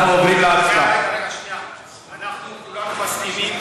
כולנו מסכימים,